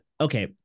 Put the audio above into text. okay